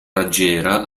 raggiera